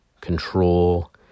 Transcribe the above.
control